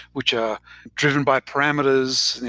which are driven by parameters.